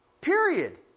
Period